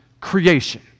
creation